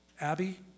Abby